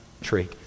tree